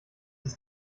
ist